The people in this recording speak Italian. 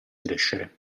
crescere